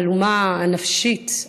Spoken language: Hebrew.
מהמהלומה הנפשית,